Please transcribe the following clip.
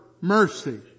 mercy